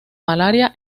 malaria